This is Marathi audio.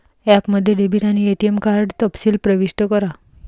ॲपमध्ये डेबिट आणि एटीएम कार्ड तपशील प्रविष्ट करा